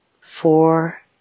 four